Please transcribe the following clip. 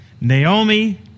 Naomi